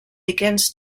begins